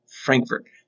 Frankfurt